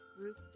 group